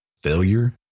Failure